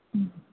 ம்